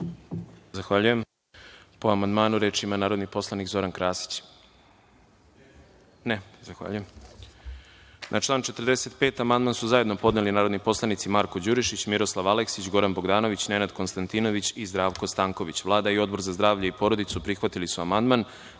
Zahvaljujem. Po Amandmanu reč ima narodni poslanik Zoran Krasić.(Zoran Krasić: Neću.)Ne. Zahvaljujem. Na član 45. Amandman su zajedno podneli narodni poslanici Marko Đurišić, Miroslav Aleksić, Goran Bogdanović, Nenad Konstantinović i Zdravko Stanković. Vlada i Odbor za zdravlje i porodicu prihvatili su amandman. Odbor